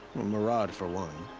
well, marad, for one.